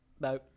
no